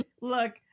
look